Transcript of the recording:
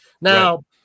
Now